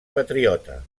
patriota